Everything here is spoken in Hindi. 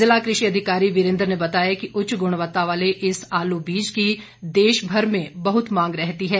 जिला कृषि अधिकारी विरेन्द्र ने बताया कि उच्च गुणवत्ता वाले इस आलू बीज की देशभर में बहुत मांग रहती है